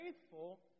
faithful